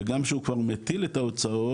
וגם שהוא כבר מטיל את ההוצאות,